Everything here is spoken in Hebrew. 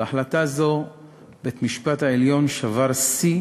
בהחלטה זו בית-המשפט העליון שבר שיא